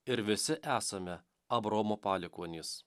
ir visi esame abraomo palikuonys